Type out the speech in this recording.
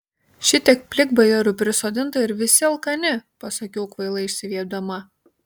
šitiek plikbajorių prisodinta ir visi alkani pasakiau kvailai išsiviepdama